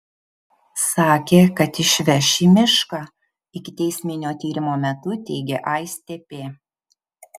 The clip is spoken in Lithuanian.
sakė kad išveš į mišką ikiteisminio tyrimo metu teigė aistė p